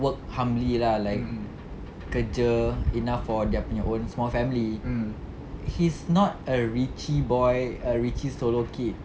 work humbly lah like kerja enough for dia punya own small family he's not a richie boy a richie solo kid